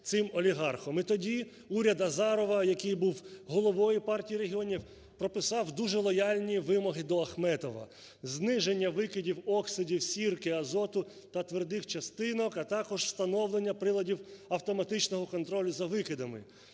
І тоді уряд Азарова, який був головою Партії регіонів, прописав дуже лояльні вимоги до Ахметова: зниження викидів оксидів сірки, азоту та твердих частинок, а також встановлення приладів автоматичного контролю за викидами.